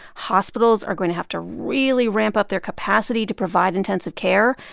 hospitals are going to have to really ramp up their capacity to provide intensive care.